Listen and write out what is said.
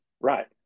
Right